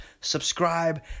subscribe